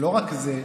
לא רק זה.